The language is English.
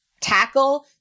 tackle